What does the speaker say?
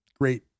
great